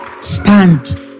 Stand